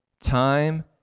time